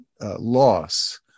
Loss